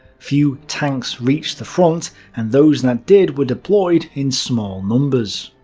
few tanks reached the front, and those that did were deployed in small numbers.